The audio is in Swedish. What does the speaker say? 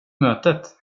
mötet